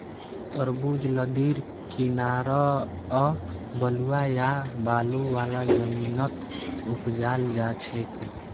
तरबूज लद्दीर किनारअ बलुवा या बालू वाला जमीनत उपजाल जाछेक